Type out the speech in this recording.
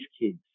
kids